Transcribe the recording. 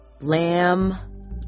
Lamb